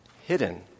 hidden